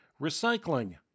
recycling